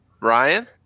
Ryan